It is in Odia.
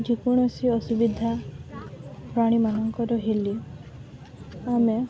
ଯେକୌଣସି ଅସୁବିଧା ପ୍ରାଣୀମାନଙ୍କର ହେଲେ ଆମେ